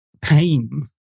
pain